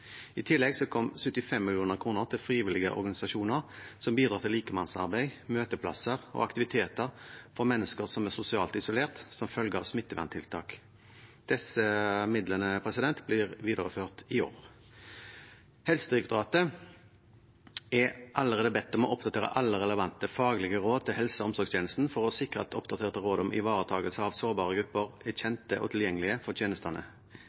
I tillegg kom 75 mill. kr til frivillige organisasjoner som bidrar til likemannsarbeid, møteplasser og aktiviteter for mennesker som er sosialt isolert som følge av smitteverntiltak. Disse midlene blir videreført i år. Helsedirektoratet er allerede bedt om å oppdatere alle relevante faglige råd til helse- og omsorgstjenesten for å sikre at oppdaterte råd om ivaretagelse av sårbare grupper er kjent og tilgjengelig for tjenestene.